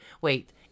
wait